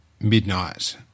midnight